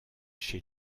chez